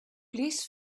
please